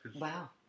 Wow